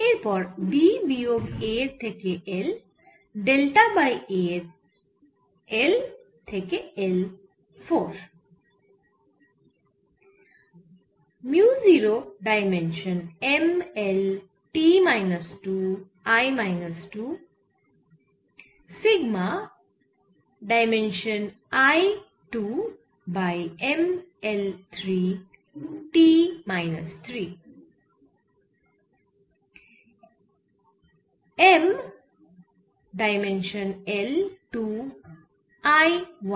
এরপর b বিয়োগ a থেকে L ডেল্টা বাই a এর L থেকে L 4